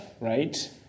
right